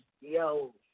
yo